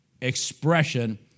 expression